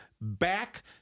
back